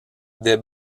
des